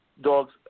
dogs